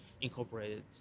incorporated